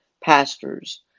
pastors